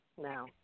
now